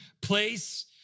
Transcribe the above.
place